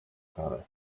karę